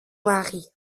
mari